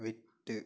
விட்டு